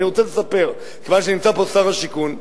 אני רוצה לספר, כיוון שנמצא פה שר השיכון,